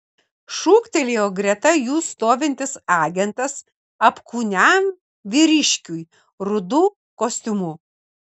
šūktelėjo greta jų stovintis agentas apkūniam vyriškiui rudu kostiumu